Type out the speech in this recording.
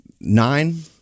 nine